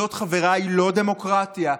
זאת, חבריי, לא דמוקרטיה,